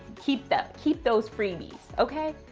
keep them. keep those freebies, okay?